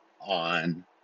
on